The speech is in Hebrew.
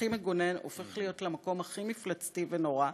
והכי מגונן הופך להיות למקום הכי מפלצתי ונורא,